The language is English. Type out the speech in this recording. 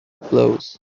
blows